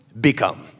become